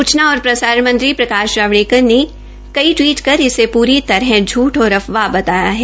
सूचना ओर प्रसारण मंत्री प्रकाश जावड़ेकर ने कई टवीट कर इसे पूरी तरह झूठ और अफवाह बताया है